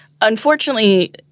unfortunately